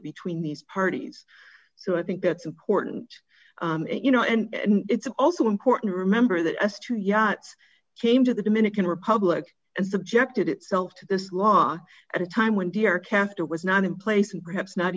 between these parties so i think that's important you know and it's also important to remember that as to yachts came to the dominican republic and subjected itself to this law at a time when the aircraft was not in place and perhaps not